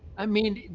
i mean,